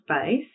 space